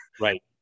Right